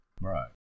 Right